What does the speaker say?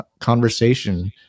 conversation